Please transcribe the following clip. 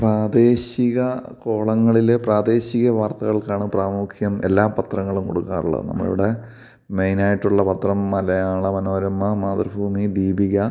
പ്രാദേശിക കോളങ്ങളിൽ പ്രാദേശികവാർത്തകൾക്കാണ് പ്രാമുഖ്യം എല്ലാ പത്രങ്ങളും കൊടുക്കാറുള്ളത് നമ്മളിവിടെ മെയിനായിട്ടുള്ള പത്രം മലയാള മനോരമ മാതൃഭൂമി ദീപിക